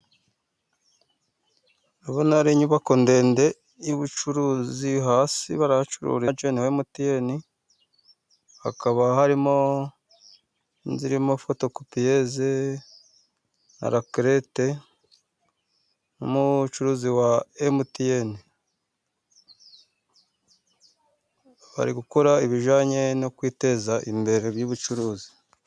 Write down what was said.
Ndabona ari inyubako ndende y'ubucuruzi, hasi barahacururiza MTN, hakaba harimo n'izirimo fotokopiyeze na rakirete, n'umucuruzi wa MTN. Bari gukora ibijyanye no kwiteza imbere, bijyanye n'ubucuruzi.